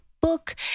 book